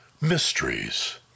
Mysteries